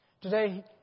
Today